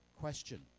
question